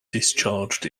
discharged